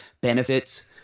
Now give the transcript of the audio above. benefits